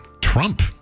Trump